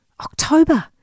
October